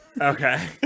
Okay